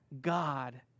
God